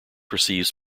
receives